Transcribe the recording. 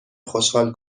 خوشحال